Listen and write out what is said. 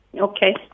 Okay